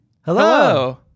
Hello